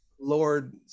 Lord